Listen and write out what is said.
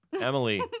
Emily